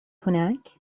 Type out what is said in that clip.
هناك